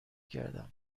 کردم